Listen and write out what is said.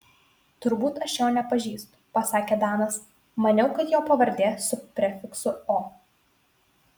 turbūt aš jo nepažįstu pasakė danas maniau kad jo pavardė su prefiksu o